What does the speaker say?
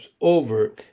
over